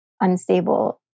unstable